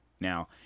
Now